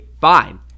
fine